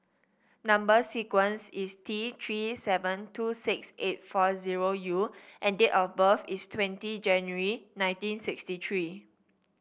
number sequence is T Three seven two six eight four zero U and date of birth is twenty January nineteen sixty three